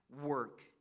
work